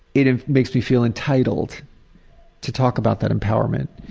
it it makes me feel entitled to talk about that empowerment.